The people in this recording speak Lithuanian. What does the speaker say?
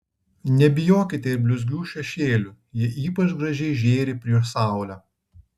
nebijokite ir blizgių šešėlių jie ypač gražiai žėri prieš saulę